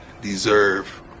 deserve